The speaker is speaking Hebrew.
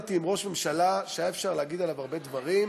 עבדתי עם ראש ממשלה שהיה אפשר להגיד עליו הרבה דברים,